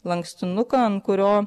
lankstinuką ant kurio